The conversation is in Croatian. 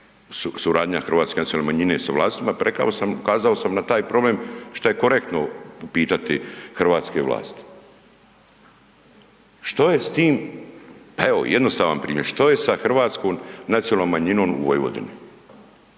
suradnja hrvatske nacionalne manjine sa vlastima, ukazao sam na taj problem šta je korektno upitati hrvatske vlasti. Evo jednostavan primjer, što je sa hrvatskom nacionalnom manjinom u Vojvodini?